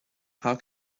how